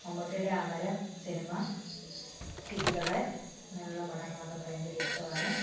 മമ്മൂട്ടിയുടെ Amaram cinema Hitler അങ്ങനെയുള്ള പടങ്ങളൊക്കെ ഭയങ്കര ഇഷ്ടമാണ്